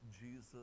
Jesus